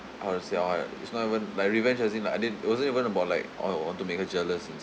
how to say I want a it's not even like revenge as in like I didn't it wasn't even about like oh I want to make her jealous and